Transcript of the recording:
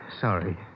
Sorry